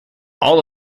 all